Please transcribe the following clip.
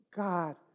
God